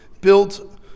built